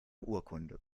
urkunde